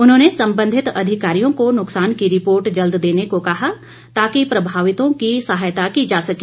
उन्होंने संबंधित अधिकारियों को नुक्सान की रिपोर्ट जल्द देने को कहा ताकि प्रभावितों की सहायता की जा सके